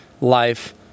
life